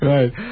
Right